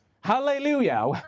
Hallelujah